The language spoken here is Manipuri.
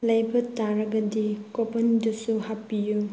ꯂꯩꯕ ꯇꯥꯔꯒꯗꯤ ꯀꯣꯄꯟꯗꯨꯁꯨ ꯍꯥꯞꯄꯤꯌꯨ